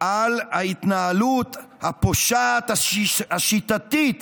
על ההתנהלות הפושעת השיטתית